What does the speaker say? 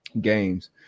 games